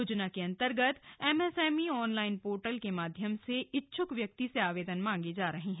योजना के अंतर्गत एमएसएमई ऑनलाइन पोर्टल के माध्यम से इच्छुक व्यक्ति से आवेदन मांगे जा रहे हैं